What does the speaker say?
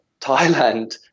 Thailand